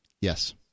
Yes